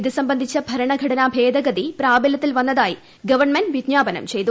ഇതു സംബന്ധിച്ച ഭരണഘടന ഭേദഗതി പ്രാബല്യത്തിൽ വന്നതായി ഗവൺമെന്റ് വിജ്ഞാപനം ചെയ്തു